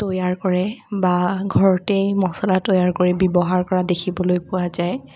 তৈয়াৰ কৰে বা ঘৰতেই মচলা তৈয়াৰ কৰি ব্যৱহাৰ কৰা দেখিবলৈ পোৱা যায়